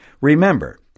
Remember